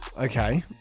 okay